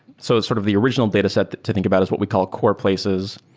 so it's sort of the original dataset to think about is what we call core places.